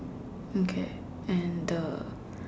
okay and the